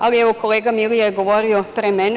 Ali, evo, kolega Milija je govorio pre mene.